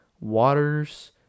waters